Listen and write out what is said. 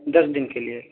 دس دن کے لیے